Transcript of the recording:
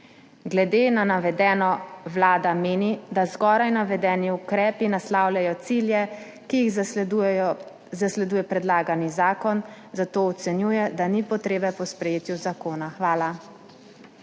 Glede na navedeno Vlada meni, da zgoraj navedeni ukrepi naslavljajo cilje, ki jih zasleduje predlagani zakon, zato ocenjuje, da ni potrebe po sprejetju zakona. Hvala.